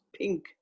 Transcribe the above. pink